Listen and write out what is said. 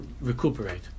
recuperate